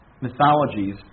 mythologies